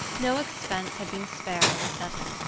no expense had been spared on the setting,